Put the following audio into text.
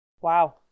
Wow